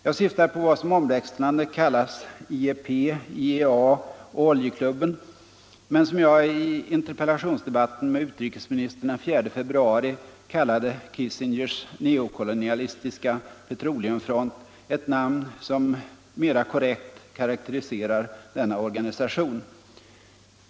Jag syftar på vad som omväxlande kallas IEP, IEA och ”oljeklubben” men som jag i interpellationsdebatten med utrikesministern den 4 februari kallade ”Kissingers neokolonialistiska petroleumfront”, ett namn som mera korrekt karakteriserar denna organisation.